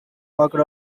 walked